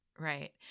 Right